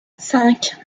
cinq